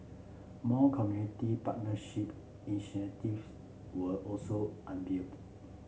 more community partnership initiatives were also unveiled